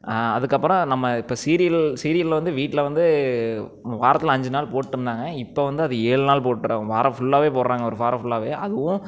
அதுக்கு அப்புறம் நம்ம இப்போ சீரியல் சீரியல் வந்து வீட்டில் வந்து வாரத்தில் அஞ்சு நாள் போட்டு இருந்தாங்க இப்போ வந்து அது ஏழு நாள் போடுற வாரம் ஃபுல்லாகவே போடுறாங்க ஒரு வாரம் ஃபுல்லாகவே அதுவும்